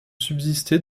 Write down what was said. subsisté